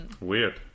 Weird